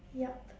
yup